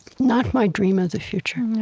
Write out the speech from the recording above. not my dream of the future